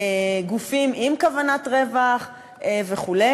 גופים עם כוונת רווח וכו'?